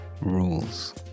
rules